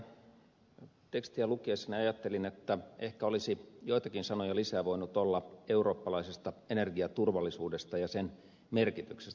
ensinnäkin tekstiä lukiessani ajattelin että ehkä olisi joitakin sanoja lisää voinut olla eurooppalaisesta energiaturvallisuudesta ja sen merkityksestä